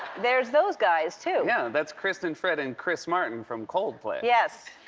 there's those guys too. yeah, that's kristen, fred, and chris martin from coldplay. yes.